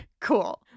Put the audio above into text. Cool